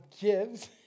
gives